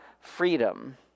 freedom